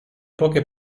poche